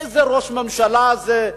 איזה ראש ממשלה זה?